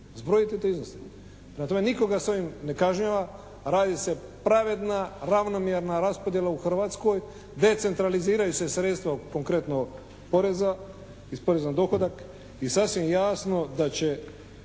Zbrojite te iznose. Prema tome nikoga se ovim ne kažnjava, radi se pravedna, ravnomjerna raspodjela u Hrvatskoj. Decentraliziraju se sredstva konkretno poreza, iz poreza na dohodak i sasvim je jasno da će